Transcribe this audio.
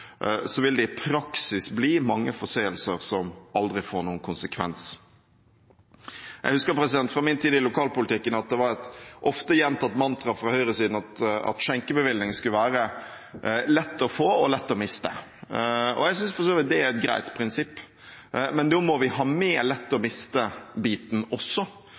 vil det i praksis bli mange forseelser som aldri får noen konsekvens. Jeg husker fra min tid i lokalpolitikken at det var et ofte gjentatt mantra fra høyresiden at skjenkebevilling skulle være lett å få og lett å miste. Jeg synes for så vidt det er et greit prinsipp, men da må vi ha med «lett å miste»-biten også,